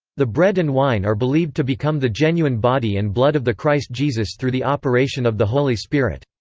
the bread and wine are believed to become the genuine body and blood of the christ jesus through the operation of the holy spirit.